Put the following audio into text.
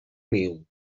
niu